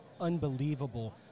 unbelievable